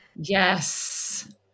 Yes